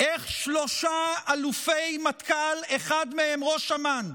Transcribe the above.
איך שלושה אלופי מטכ"ל, אחד מהם ראש אמ"ן,